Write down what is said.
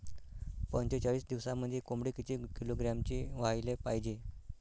पंचेचाळीस दिवसामंदी कोंबडी किती किलोग्रॅमची व्हायले पाहीजे?